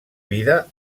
vida